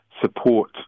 support